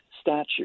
statute